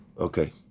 Okay